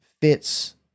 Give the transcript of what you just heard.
fits